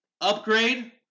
Upgrade